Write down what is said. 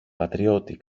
πατριώτη